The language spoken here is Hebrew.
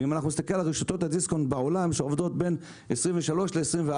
ואם אנחנו נסתכל על רשתות הדיסקאונט בעולם שעובדות בין 23% ל-24%,